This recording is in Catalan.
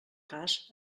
cas